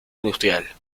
industrial